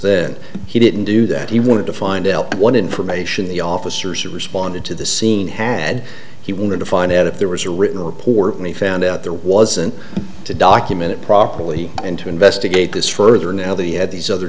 that he didn't do that he wanted to find out what information the officers who responded to the scene had he wanted to find out if there was a written report and he found out there was and to document it properly and to investigate this further now that he had these other